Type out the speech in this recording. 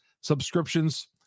subscriptions